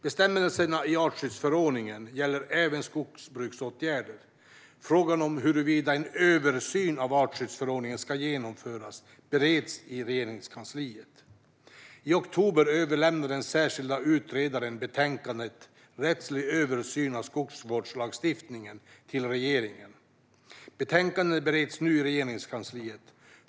Bestämmelserna i artskyddsförordningen gäller även skogsbruksåtgärder. Frågan om huruvida en översyn av artskyddsförordningen ska genomföras bereds i Regeringskansliet. I oktober överlämnade den särskilde utredaren betänkandet Rättslig översyn av skogsvårdslagstiftningen till regeringen. Betänkandet bereds nu i Regeringskansliet.